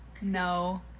No